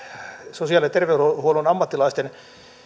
sosiaali ja terveydenhuollon ammattilaisten